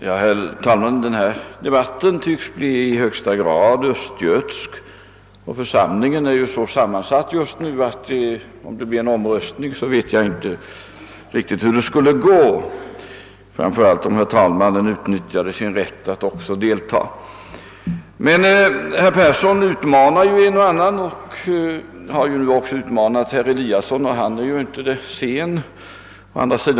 Herr talman! Denna debatt tycks bli i högsta grad östgötsk — och församlingen är just nu så sammansatt att jag inte vet hur det skulle gå vid en omröstning, framför allt om herr talmannen utnyttjade sin rätt att deltaga. Herr Persson i Skänninge utmanade ju en och annan, bl.a. herr Eliasson i Sundborn, som inte torde vara sen att antaga utmaningen.